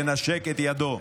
תנשק את ידו.